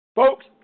Folks